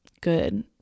good